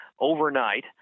overnight